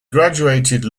graduated